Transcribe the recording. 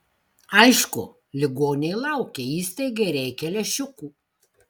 aišku ligoniai laukia įstaigai reikia lęšiukų